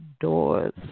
doors